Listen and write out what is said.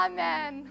Amen